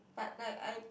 but like I